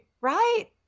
right